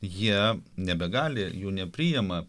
jie nebegali jų nepriima